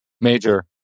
Major